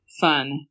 fun